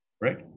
right